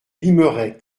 limeray